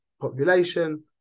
population